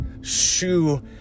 shoe